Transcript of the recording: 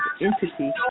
entity